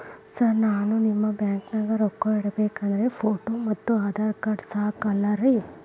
Sir ನಾನು ನಿಮ್ಮ ಬ್ಯಾಂಕನಾಗ ರೊಕ್ಕ ಇಡಬೇಕು ಅಂದ್ರೇ ಫೋಟೋ ಮತ್ತು ಆಧಾರ್ ಕಾರ್ಡ್ ಸಾಕ ಅಲ್ಲರೇ?